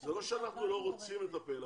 זה לא שאנחנו לא רוצים לטפל,